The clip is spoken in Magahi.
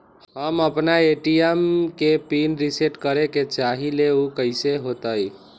हम अपना ए.टी.एम के पिन रिसेट करे के चाहईले उ कईसे होतई?